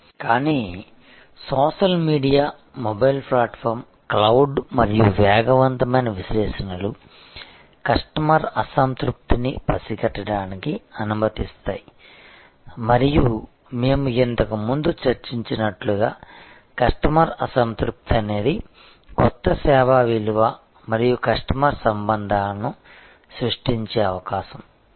కానీ social media mobile platform cloud మరియు వేగవంతమైన విశ్లేషణలు కస్టమర్ అసంతృప్తిని పసిగట్టడానికి అనుమతిస్తాయి మరియు మేము ఇంతకు ముందు చర్చించినట్లుగా కస్టమర్ అసంతృప్తి అనేది కొత్త సేవా విలువ మరియు కస్టమర్ సంబంధాలను సృష్టించే అవకాశం కల్పిస్తుంది